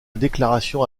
déclaration